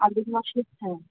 আগের মাসে হ্যাঁ